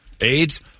AIDS